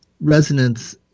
resonance